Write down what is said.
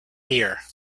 here